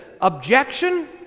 Objection